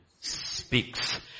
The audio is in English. speaks